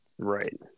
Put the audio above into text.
Right